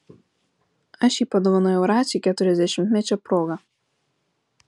aš jį padovanojau raciui keturiasdešimtmečio proga